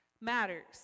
matters